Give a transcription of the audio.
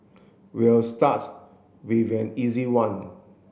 we'll starts with an easy one